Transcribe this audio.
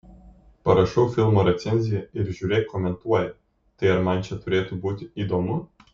parašau filmo recenziją ir žiūrėk komentuoja tai ar man čia turėtų būti įdomu